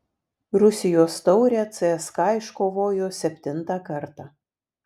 rusijos taurę cska iškovojo septintą kartą